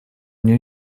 нее